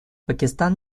пакистан